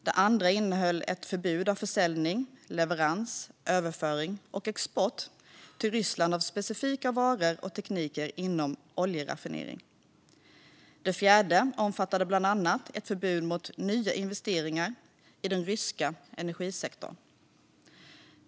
Det andra innehöll ett förbud mot försäljning, leverans, överföring och export till Ryssland av specifika varor och tekniker inom oljeraffinering. Den fjärde omfattade bland annat ett förbud mot nya investeringar i den ryska energisektorn.